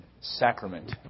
sacrament